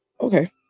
Okay